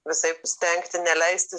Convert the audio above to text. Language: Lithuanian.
visaip stengti neleisti